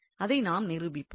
அதை நாம் நிரூபிப்போம்